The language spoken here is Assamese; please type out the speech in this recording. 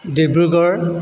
ডিব্ৰুগড়